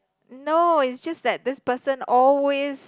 no it's just that this person always